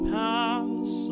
pass